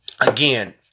again